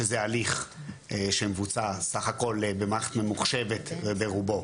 שזה הליך שמבוצע בסך הכל במערכת ממוחשבת ברובו,